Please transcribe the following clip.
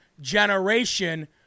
generation